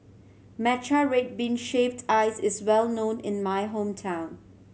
matcha red bean shaved ice is well known in my hometown